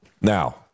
Now